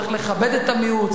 צריך לכבד את המיעוט,